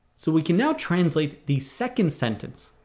so we can now translate the second sentence.